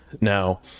Now